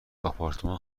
آپارتمان